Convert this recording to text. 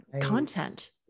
content